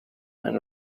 and